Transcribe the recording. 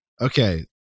Okay